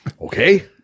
Okay